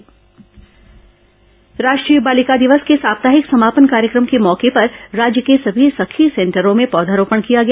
राष्ट्रीय बालिका दिवस राष्ट्रीय बालिका दिवस के साप्ताहिक समापन कार्यक्रम के मौके पर राज्य के सभी सखी सेंटरों में पौधारोपण किया गया